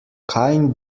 kein